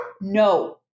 no